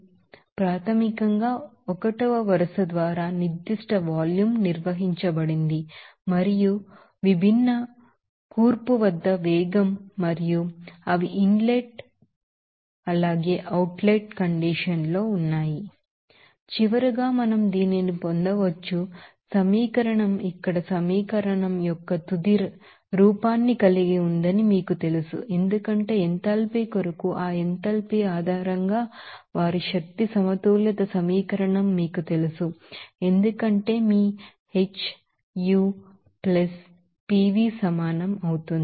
ఇది U మరియు ఇక్కడ కొత్తది ప్రాథమికంగా 1 వరుస ద్వారా నిర్దిష్ట వాల్యూమ్ నిర్వచించబడింది మరియు ఈ కొత్త విభిన్న కంపోసిషన్ వద్ద వేగం మరియు అవి ఇన్ లెట్ మరియు అవుట్ లెట్ కండిషన్ లో ఉన్నాయి చివరగా మనం దీనిని పొందవచ్చు సమీకరణం ఇక్కడ సమీకరణం యొక్క తుది రూపాన్ని కలిగి ఉందని మీకు తెలుసు ఎందుకంటే ఎంథాల్పీ కొరకు ఆ ఎంథాల్పీ ఆధారంగా వారి ఎనర్జీ బాలన్స్ సమీకరణం మీకు తెలుసు ఎందుకంటే మీ H U plus Pv సమానం అవుతుంది